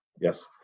Yes